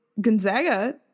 Gonzaga